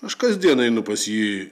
aš kasdien einu pas jį